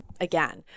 again